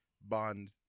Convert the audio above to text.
bond